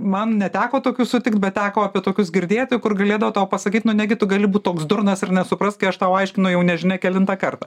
man neteko tokių sutikt bet teko apie tokius girdėti kur galėdavo tau pasakyt nu negi tu gali būt toks durnas ir nesupras kai aš tau aiškinu jau nežinia kelintą kartą